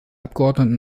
abgeordneten